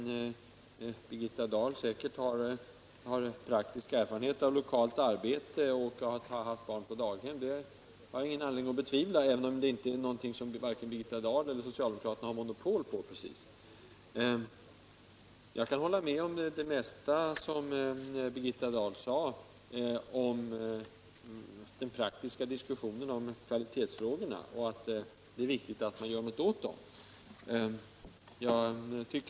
Birgitta Dahl har säkert praktiska erfarenheter av lokalt arbete, och hon har också haft barn på daghem. Det har jag ingen anledning att betvivla — även om det inte är något som vare sig Birgitta Dahl eller socialdemokraterna har monopol på. Jag kan hålla med om det mesta som fru Dahl sade om kvalitetsfrågorna, och det är viktigt att vi gör något åt dem rent praktiskt.